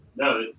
No